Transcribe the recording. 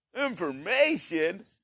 information